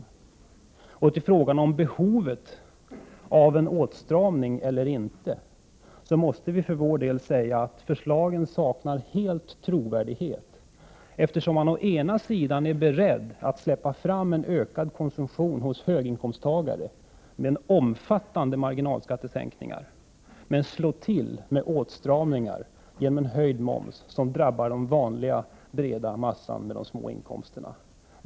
När det gäller frågan om behovet av en åtstramning måste vi för vår del säga att förslagen helt saknar trovärdighet. Man är beredd att å ena sidan släppa fram en ökad konsumtion hos höginkomsttagare med omfattande marginalskattesänkningar och å andra sidan slå till med åtstramningar genom en höjd moms, som drabbar den breda massan, dem med de små inkomsterna.